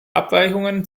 abweichungen